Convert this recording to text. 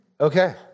Okay